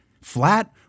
flat